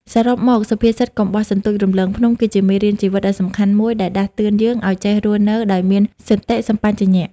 សរុបមកសុភាសិត កុំបោះសន្ទូចរំលងភ្នំ គឺជាមេរៀនជីវិតដ៏សំខាន់មួយដែលដាស់តឿនយើងឲ្យចេះរស់នៅដោយមានសតិសម្បជញ្ញៈ។